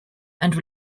and